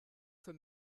für